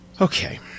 Okay